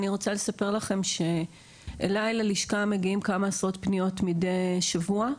אני רוצה לספר לכם שאלי ללשכה מגיעות כמה עשרות פניות מדי שבוע,